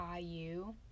IU